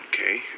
okay